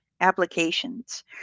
applications